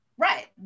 Right